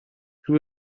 who